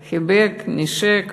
חיבק, נישק ואמר: